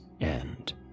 end